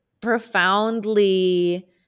profoundly